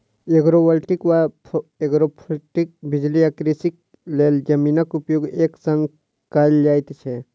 agrovoltaic वा agrophotovoltaic बिजली आ कृषिक लेल जमीनक उपयोग एक संग कयल जाइत छै